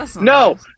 no